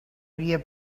via